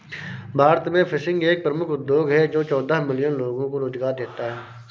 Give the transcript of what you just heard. भारत में फिशिंग एक प्रमुख उद्योग है जो चौदह मिलियन लोगों को रोजगार देता है